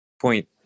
point